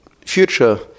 future